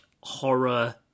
horror